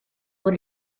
por